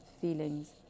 feelings